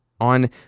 on